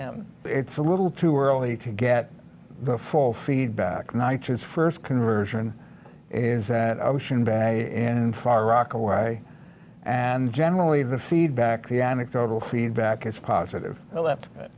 them it's a little too early to get the full feedback night his first conversion is that ocean back in far rockaway and generally the feedback the anecdotal feedback is positive